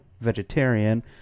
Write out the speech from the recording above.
vegetarian